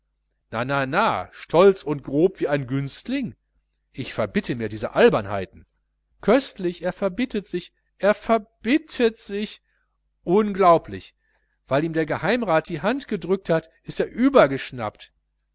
na stolz und grob wie ein günstling ich verbitte mir diese albernheiten köstlich er verbittet sich er verbittet sich unglaublich weil ihm der geheimrat die hand gedrückt hat ist er übergeschnappt